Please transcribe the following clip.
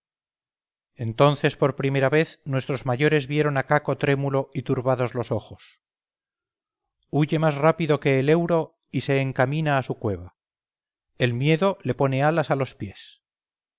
entonces por primera vez nuestros mayores vieron a caco trémulo y turbados los ojos huye más rápido que el euro y se encamina a su cueva el miedo le pone alas a los pies